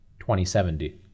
2070